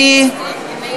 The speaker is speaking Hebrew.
דוחים את ההצבעה.